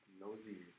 nosy